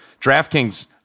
DraftKings